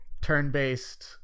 turn-based